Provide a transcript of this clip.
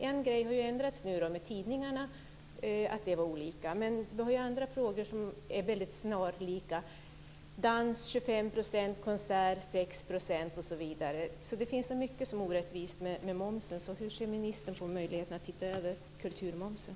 En sak har ju ändrats nu, dvs. att tidningarna hade olika momssatser, men vi har ju andra frågor som är snarlika: dans har 25 % i moms, konserter har 6 % osv. Det finns så mycket som är orättvist med momsen. Hur ser ministern på möjligheten att titta över kulturmomsen?